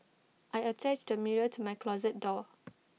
I attached A mirror to my closet door